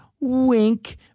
Wink